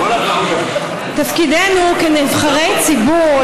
תפקידנו כנבחרי ציבור,